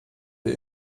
wir